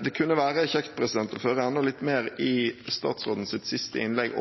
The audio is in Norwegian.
Det kunne være kjekt å få høre enda litt mer i statsrådens siste innlegg